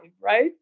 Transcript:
right